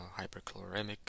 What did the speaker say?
hyperchloremic